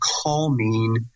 calming